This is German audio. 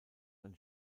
ein